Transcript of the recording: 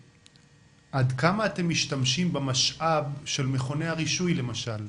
עד כמה אתם משתמשים במשאב של מכוני הרישוי למשל?